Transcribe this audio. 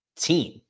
team